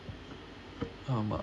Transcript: um